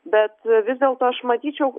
bet vis dėlto aš matyčiau